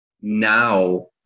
now